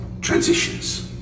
transitions